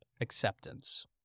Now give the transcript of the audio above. acceptance